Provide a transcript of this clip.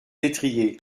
l’étrier